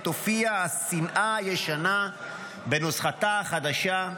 עת הופיעה השנאה הישנה בנוסחתה החדשה".